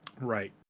Right